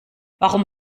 warum